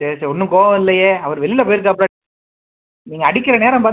சரி சரி ஒன்றும் கோவம் இல்லையே அவர் வெளியில் போயிருக்காப்லே நீங்கள் அடிக்கிற நேரம் பாத்து